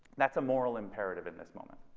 that's a moral imperative in this moment.